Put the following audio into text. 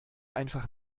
einfach